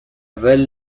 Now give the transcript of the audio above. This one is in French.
vals